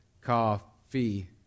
coffee